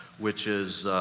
which is,